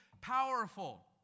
powerful